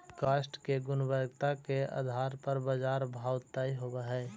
काष्ठ के गुणवत्ता के आधार पर बाजार भाव तय होवऽ हई